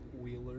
Wheeler